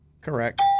correct